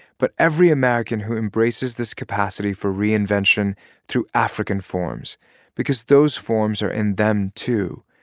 but every american who embraces this capacity for reinvention through african forms because those forms are in them, too,